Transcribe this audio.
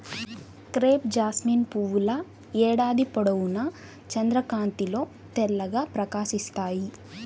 crepe jasmine పువ్వుల ఏడాది పొడవునా చంద్రకాంతిలో తెల్లగా ప్రకాశిస్తాయి